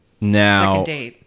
Now